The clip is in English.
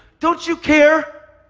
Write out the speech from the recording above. don't you care?